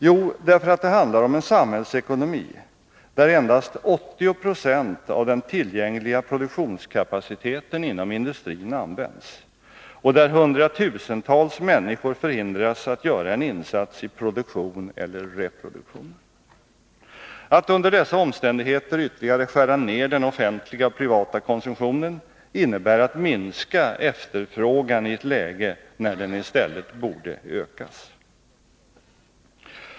Jo, därför att det handlar om en samhällsekonomi där endast 80 20 av den tillgängliga produktionskapaciteten inom industrin används och där hundratusentals människor förhindras att göra en insats i produktion eller reproduktion. Att under dessa omständigheter ytterligare skära ned den offentliga och privata konsumtionen innebär att minska efterfrågan i ett läge när den i stället borde öka.